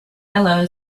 yellow